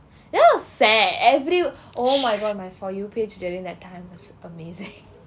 that was sad every oh my god my for you page during that time was amazing